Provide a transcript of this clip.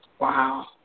Wow